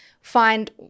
find